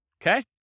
okay